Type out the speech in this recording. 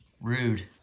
Rude